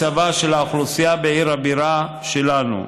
מצבה של האוכלוסייה בעיר הבירה שלנו.